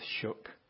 shook